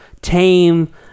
tame